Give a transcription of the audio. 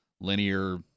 linear